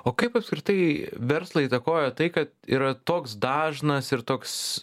o kaip apskritai verslą įtakojo tai kad yra toks dažnas ir toks